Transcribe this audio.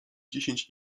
dziesięć